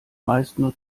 meistens